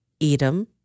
Edom